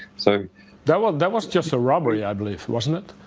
so that was, that was just a robbery, i believe, wasn't it?